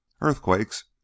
Earthquakes